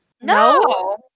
No